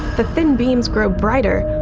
the thin beams grow brighter,